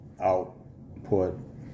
output